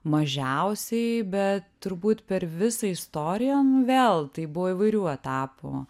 mažiausiai bet turbūt per visą istoriją nu vėl tai buvo įvairių etapų